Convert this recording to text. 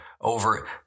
over